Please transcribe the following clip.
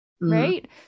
Right